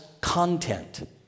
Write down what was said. content